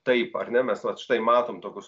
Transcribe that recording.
taip ar ne mes vat štai matom tokius